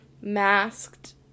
masked